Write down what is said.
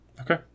Okay